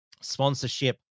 sponsorship